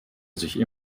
sich